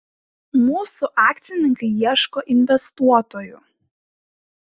mūsų akcininkai ieško investuotojų